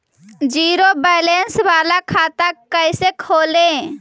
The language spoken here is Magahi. जीरो बैलेंस बाला खाता कैसे खोले?